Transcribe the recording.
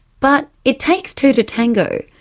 but it takes two to tango,